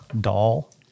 Doll